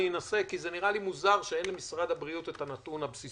אני אנסה לענות כי נראה לי מוזר שאין למשרד הבריאות את הנתון הבסיסי.